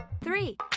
Three